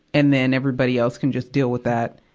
and then everybody else can just deal with that,